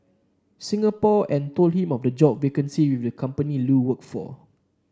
Singapore and told him of the job vacancy with the company Lu worked for